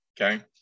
Okay